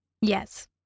Yes